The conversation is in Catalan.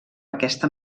aquesta